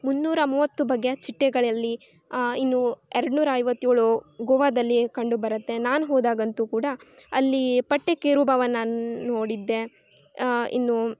ಮುನ್ನೂರು ಮೂವತ್ತು ಬಗೆಯ ಚಿಟ್ಟೆಗಳಲ್ಲಿ ಇನ್ನೂ ಎರಡು ನೂರ ಐವತ್ತೇಳು ಗೋವಾದಲ್ಲಿಯೇ ಕಂಡು ಬರುತ್ತೆ ನಾನು ಹೋದಾಗಂತೂ ಕೂಡ ಅಲ್ಲಿ ಪಟ್ಟೆ ಕಿರುಬವನ್ನು ನೋಡಿದ್ದೆ ಇನ್ನೂ